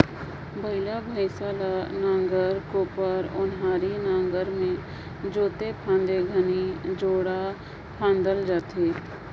बइला भइसा ल नांगर, कोपर, ओन्हारी नागर मे जोते फादे घनी जोड़ा फादल जाथे